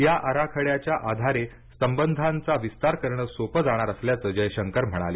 या आराखड्याच्या आधारे संबंधांचा विस्तार करणं सोपं जाणार असल्याचं जयशंकर म्हणाले